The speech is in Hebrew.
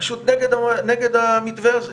פשוט נגד המתווה הזה,